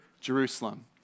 Jerusalem